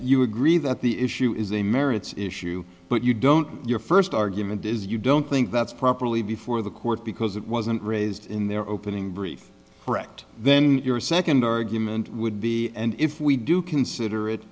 you agree that the issue is a merits issue but you don't your first argument is you don't think that's properly before the court because it wasn't raised in their opening brief correct then your second argument would be and if we do consider it